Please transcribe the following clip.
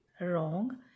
wrong